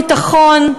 ביטחון,